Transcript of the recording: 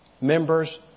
members